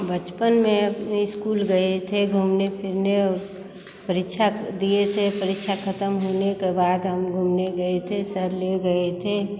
बचपन में अपने इस्कूल गए थे घूमने फिरने और परीक्षा दिए थे परीक्षा ख़त्म होने के बाद हम घूमने गए थे सर ले गए थे